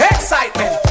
Excitement